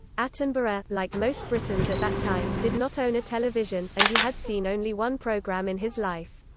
attenborough, like most britons at that time, did not own a television, and he had seen only one programme in his life.